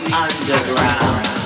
underground